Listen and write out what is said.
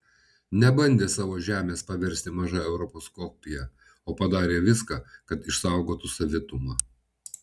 nebandė savo žemės paversti maža europos kopija o padarė viską kad išsaugotų savitumą